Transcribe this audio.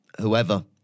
whoever